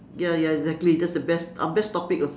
ya ya exactly that's the best our best topic of